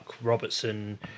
Robertson